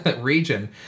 region